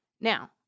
Now